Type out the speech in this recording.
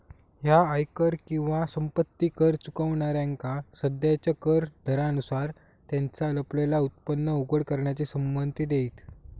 ह्या आयकर किंवा संपत्ती कर चुकवणाऱ्यांका सध्याच्या कर दरांनुसार त्यांचा लपलेला उत्पन्न उघड करण्याची संमती देईत